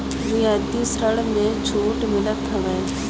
रियायती ऋण में छूट मिलत हवे